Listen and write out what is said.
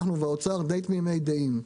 משרד האוצר ואנחנו די תמימי דעים,